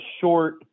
short